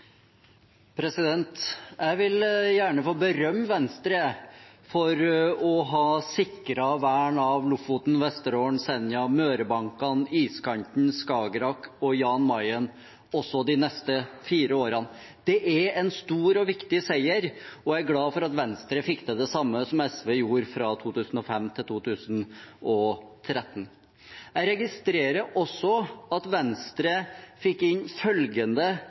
Jeg vil gjerne få berømme Venstre for å ha sikret vern av Lofoten, Vesterålen, Senja, Mørebankene, iskanten, Skagerrak og Jan Mayen også de neste fire årene. Det er en stor og viktig seier, og jeg er glad for at Venstre fikk til det samme som SV gjorde fra 2005 til 2013. Jeg registrerer også at Venstre fikk inn følgende